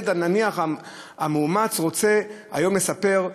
נניח שהילד המאומץ רוצה היום לספר,